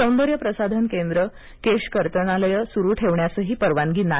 सौंदर्य प्रसाधन केंद्र केश कर्तनालये सुरू ठेवण्यासही परवानगी नाही